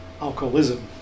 alcoholism